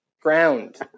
Ground